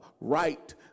right